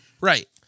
right